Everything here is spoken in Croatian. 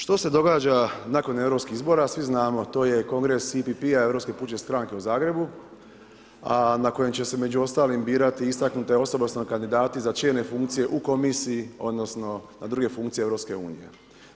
Što se događa nakon europskih izbora, svi znamo, to je kongres EPP-a, Europske pučke stranke u Zagrebu, a na kojem će se među ostalim birati istaknute osobe odnosno kandidati za čelne funkcije u komisiji odnosno na druge funkcije EU-a.